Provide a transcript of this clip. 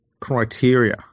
criteria